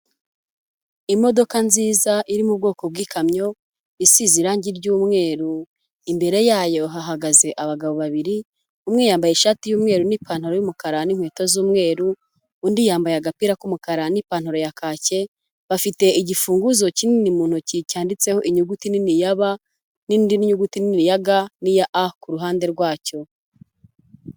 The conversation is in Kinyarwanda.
Imodoka nziza iri mu bwoko bw'ikamyo, isize irangi ry'umweru, imbere yayo hahagaze abagabo babiri, umwe yambaye ishati y'umweru n'ipantaro y'umukara n'inkweto z'umweru, undi yambaye agapira k'umukara n'ipantaro ya kake, bafite igifunguzo kinini mu ntoki cyanditseho inyuguti nini ya B n'indi nyuguti nini ya G n'iya A ku ruhande rwacyo.